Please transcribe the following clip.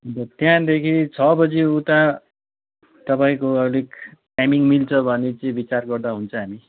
अन्त त्यहाँदेखि छ बजीउता तपाईँको अलिक टाइमिङ मिल्छ भने चाहिँ विचार गर्दा हुन्छ हामी